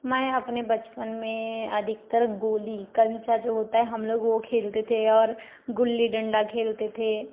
मैं अपने बचपन में अधिकतर गोली कंचा जो होता है हम लोग वो खेलते थे और गुल्ली डंडा खेलते थे